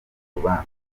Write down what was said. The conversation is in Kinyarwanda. urubanza